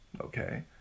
okay